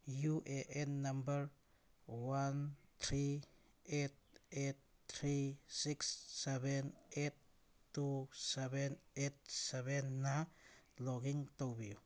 U A N number one three eight eight three six seven eight two seven eight seven ꯅ log in ꯇꯧꯕꯤꯌꯨ